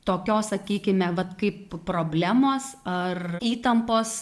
tokios sakykime vat kaip problemos ar įtampos